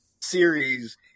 series